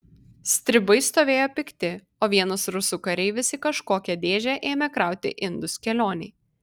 stribai stovėjo pikti o vienas rusų kareivis į kažkokią dėžę ėmė krauti indus kelionei